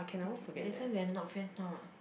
that's why we are not friends now [what]